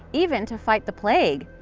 even to fight the plague!